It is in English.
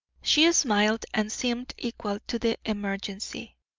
she smiled and seemed equal to the emergency.